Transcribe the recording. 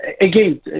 Again